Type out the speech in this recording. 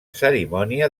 cerimònia